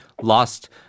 lost